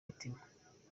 mitima